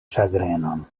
ĉagrenon